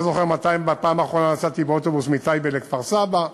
אני לא זוכר מתי בפעם האחרונה נסעתי באוטובוס מטייבה לכפר-סבא,